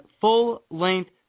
full-length